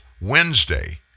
Wednesday